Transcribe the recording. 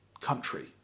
country